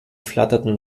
flatterten